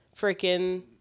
freaking